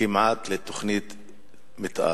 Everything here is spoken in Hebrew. כמעט לתוכנית מיתאר.